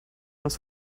das